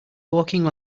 walking